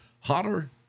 hotter